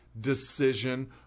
decision